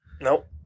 nope